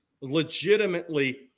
legitimately